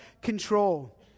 control